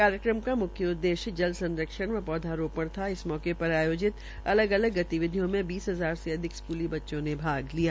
कार्यक्रम का मुख्य उद्देश्य जल संरक्षण व पौधारोपण था इस मौके पर आयोजित अलग अलग गतिविधियों में बीस हजार से अधिक स्कूली बच्चों ने भाग लिया